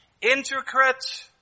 intricate